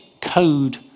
code